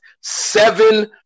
seven